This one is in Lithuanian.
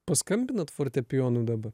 paskambinat fortepijonu dabar